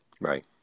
Right